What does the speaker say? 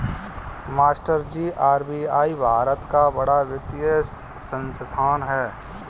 मास्टरजी आर.बी.आई भारत का बड़ा वित्तीय संस्थान है